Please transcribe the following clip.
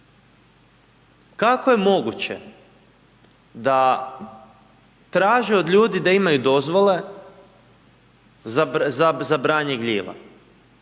kako je moguće da traže od ljudi da imaju dozvole za branje gljiva?